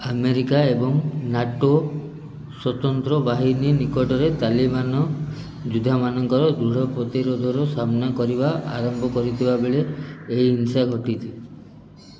America ଏବଂ NATO ସ୍ୱତସ୍ତ୍ର ବାହିନୀ ନିକଟରେ ତାଲିବାନ ଯୋଦ୍ଧାମାନଙ୍କର ଦୃଢ଼ ପ୍ରତିରୋଧର ସାମ୍ନା କରିବା ଆରମ୍ଭ କରିଥିବା ବେଳେ ଏହି ହିଂସା ଘଟିଛି